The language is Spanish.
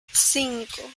cinco